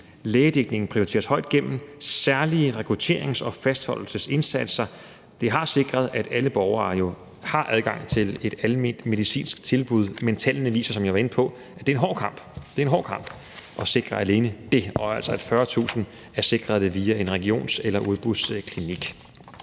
lægedækning prioriteres højt gennem særlige rekrutterings- og fastholdelsesindsatser. Det har sikret, at alle borgere har adgang til et alment medicinsk tilbud, men tallene viser, som jeg var inde på, at det er en hård kamp – en hård kamp – at sikre alene det, og at 40.000 altså er sikret det via en regions- eller udbudsklinik.